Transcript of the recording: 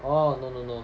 oh no no no